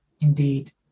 indeed